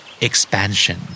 Expansion